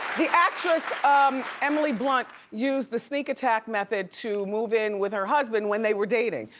the actress emily blunt used the sneak attack method to move in with her husband when they were dating.